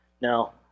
Now